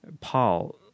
Paul